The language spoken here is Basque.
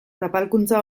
zapalkuntza